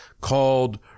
called